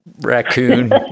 raccoon